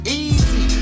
easy